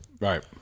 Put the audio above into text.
Right